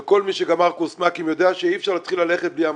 כל מי שגמר קורס מ"כים יודע שאי-אפשר להתחיל ללכת בלי המטרה.